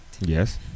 Yes